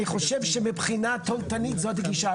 אני חושב שמבחינה תועלתנית זאת הגישה.